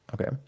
Okay